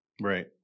right